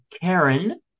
Karen